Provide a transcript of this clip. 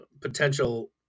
potential